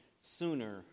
sooner